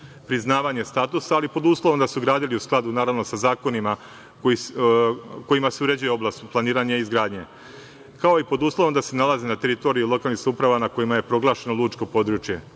priznavanje statusa, ali pod uslovom da su gradili u skladu sa zakonima kojima se uređuje oblast planiranja i izgradnje, kao i pod uslovom da se nalaze na teritoriji lokalnih samouprava na kojima je proglašeno lučko područje.